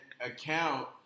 account